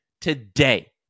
today